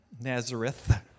Nazareth